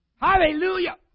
Hallelujah